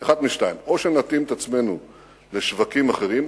אחד מהשניים: או שנתאים את עצמנו לשווקים אחרים,